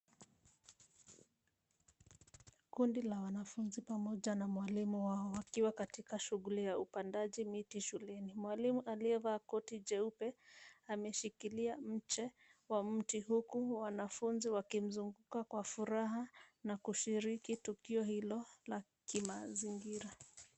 Kundi la wanafunzi pamoja na mwalimu wao wakiwa katika shughuli ya upandaji miti shuleni. Mwalimu aliyevaa koti jeupe ameshikilia mche wa mti, huku wanafunzi wakimzunguka kwa furaha na kushiriki tukio hilo la kimazingira.